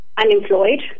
Unemployed